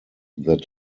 that